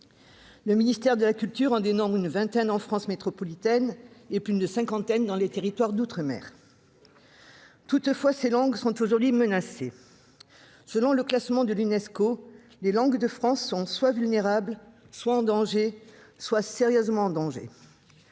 Le ministère de la culture en dénombre une vingtaine en France métropolitaine, et plus d'une cinquantaine dans les territoires d'outre-mer. Toutefois, ces langues sont aujourd'hui menacées. Selon le classement de l'Unesco, les langues de France sont soit vulnérables, soit en danger, soit sérieusement en danger.